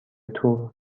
تور